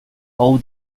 all